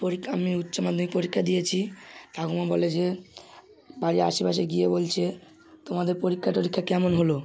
পরীক্ষা আমি উচ্চ মাধ্যমিক পরীক্ষা দিয়েছি ঠাকুমা বলে যে বাড়ির আশে পাশে গিয়ে বলছে তোমাদের পরীক্ষা টরীক্ষা কেমন হলো